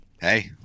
Hey